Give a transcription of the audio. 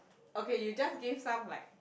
okay you just give some like